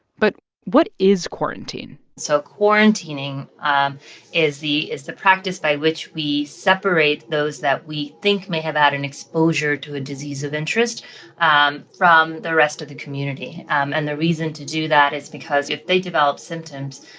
but what is quarantine? so quarantining um is the is the practice by which we separate those that we think may have had an exposure to a disease of interest um from the rest of the community. um and the reason to do that is because if they develop symptoms,